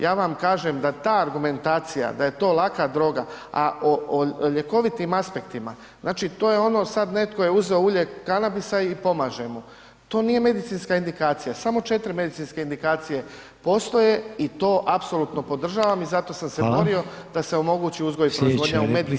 Ja vam kažem da ta argumentacija da je to laka droga, a o, o ljekovitim aspektima, znači to je ono sad netko je uzeo ulje kanabisa i pomaže mu, to nije medicinska indikacija, samo 4 medicinske indikacije postoje i to apsolutno podržavam i zato sam se borio [[Upadica: Hvala]] da se omogući uzgoj i proizvodnja [[Upadica: Slijedeća replika…]] u medicinske svrhe.